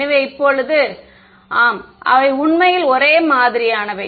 எனவே இப்போது ஆம் அவை உண்மையில் ஒரே மாதிரியானவை